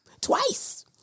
Twice